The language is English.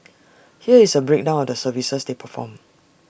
here is A breakdown of the services they perform